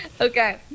Okay